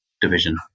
division